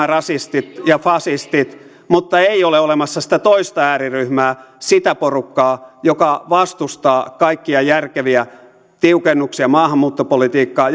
rasistit ja fasistit mutta ei ole olemassa sitä ääriryhmää sitä porukkaa joka vastustaa kaikkia järkeviä tiukennuksia maahanmuuttopolitiikkaan